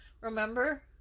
Remember